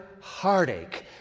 heartache